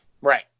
Right